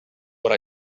what